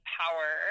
power